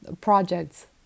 projects